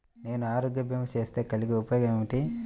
నేను ఆరోగ్య భీమా చేస్తే కలిగే ఉపయోగమేమిటీ?